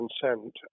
consent